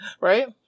Right